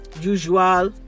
usual